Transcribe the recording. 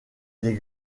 des